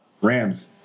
Rams